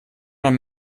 man